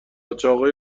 چاقوی